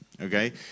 Okay